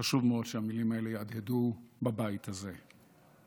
חשוב מאוד שהמילים האלה יהדהדו בבית הזה.